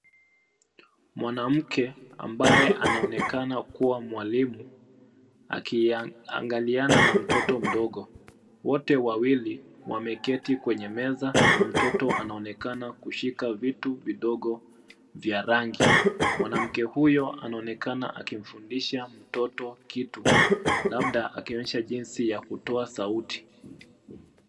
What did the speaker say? Mwanamke ambaye anaonekana kuwa mwalimu akiangaliana na mtoto mdogo. Wote wawili wameketi kwenye meza na mtoto anaonekana kushika vitu vidogo vya rangi. Mwanamke huyo anaonekana akimfundisha mtoto kitu labda akimuonyesha jinsi ya kutoa sauti.